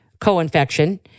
co-infection